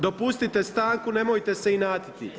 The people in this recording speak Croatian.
Dopustite stanku, nemojte se inatiti.